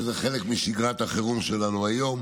שזה חלק משגרת החירום שלנו היום.